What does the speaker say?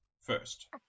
first